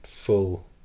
full